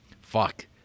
fuck